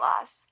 loss